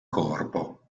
corpo